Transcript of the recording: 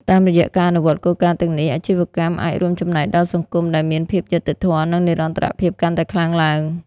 តាមរយៈការអនុវត្តគោលការណ៍ទាំងនេះ អាជីវកម្មអាចរួមចំណែកដល់សង្គមដែលមានភាពយុត្តិធម៌ និងនិរន្តរភាពកាន់តែខ្លាំងឡើង។